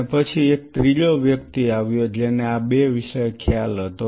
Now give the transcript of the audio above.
અને પછી એક ત્રીજો વ્યક્તિ આવ્યો જેને આ બે વિશે ખ્યાલ હતો